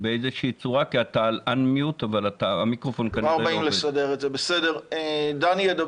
אולי זו תהיה דוגמה לחלק מהפוסט-טראומתיים שמפחדים שברגע שהם יתחילו